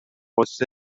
غصه